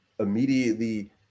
immediately